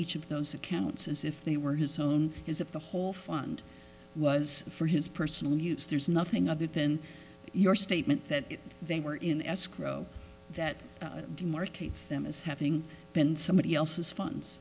each of those accounts as if they were his own his if the whole fund was for his personal use there's nothing other than your statement that they were in escrow that demarcates them as having been somebody else's funds